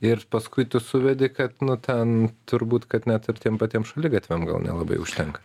ir paskui tu suvedi kad nu ten turbūt kad net ir tiem patiem šaligatviam gal nelabai užtenka